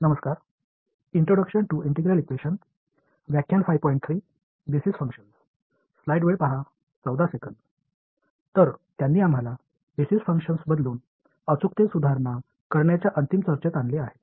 எனவே இது அடிப்படை செயல்பாடுகளை மாற்றுவதன் மூலம் துல்லியத்தை மேம்படுத்துவதற்கான இறுதி விவாதத்திற்கு நம்மை அழைத்துச் செல்கிறது